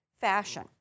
fashion